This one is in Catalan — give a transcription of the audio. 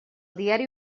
diari